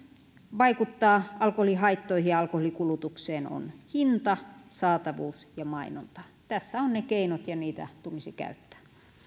vaikuttaa alkoholihaittoihin ja alkoholin kulutukseen ovat hinta saatavuus ja mainonta tässä ovat ne keinot ja niitä tulisi käyttää